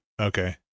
okay